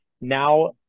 now